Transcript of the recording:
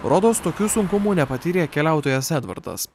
rodos tokių sunkumų nepatyrė keliautojas edvardas